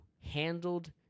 handled